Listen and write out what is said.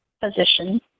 Position